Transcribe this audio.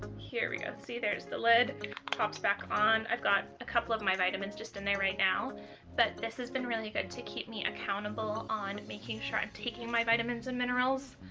here we go. see there's the lid pops back on i've got a couple of my vitamins just in there right now but this has been really good to keep me accountable on making sure i'm taking my vitamins and minerals.